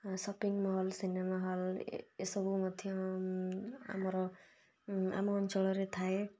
shopping mall cinema hall ଏସବୁ ମଧ୍ୟ ଆମର ଆମ ଅଞ୍ଚଳରେ ଥାଏ